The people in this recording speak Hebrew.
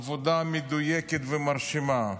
עבודה מדויקת ומרשימה.